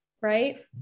right